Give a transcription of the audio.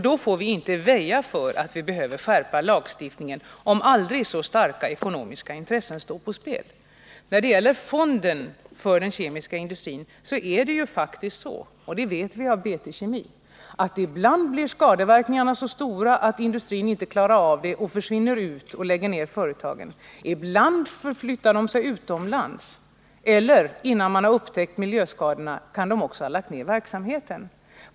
Då får vi inte väja för att vi behöver skärpa lagstiftningen, om än aldrig så starka ekonomiska intressen står på spel. När det gäller fonden för den kemiska industrin så är det faktiskt så — och det vet vi från BT-Kemi — att ibland blir skadeverkningarna så stora att industrin inte klarar av dem utan drar sig ur och lägger ned företagen. Ibland flyttar de utomlands. Andra gånger kan de innan man har upptäckt miljöskadorna också ha lagt ned verksamheten.